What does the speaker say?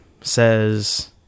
says